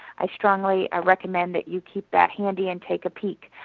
i strongly ah recommend that you keep that handy and take a peek.